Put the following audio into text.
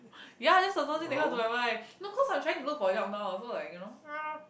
ya that's the first thing that come to my mind no cause I'm trying to look for a job now so like you know ugh